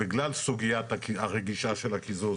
בגלל הסוגיה הרגישה של הקיזוז,